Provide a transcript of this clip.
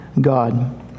God